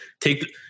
take